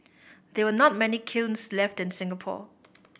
there were not many kilns left in Singapore